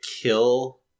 kill